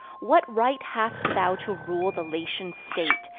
what right hast thou to rule the latian state,